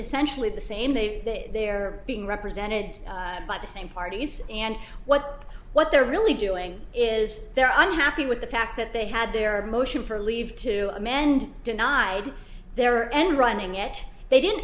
essentially the same they they're being represented by the same parties and what what they're really doing is they're unhappy with the fact that they had their motion for leave to amend denied their end running yet they didn't